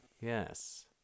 Yes